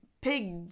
pig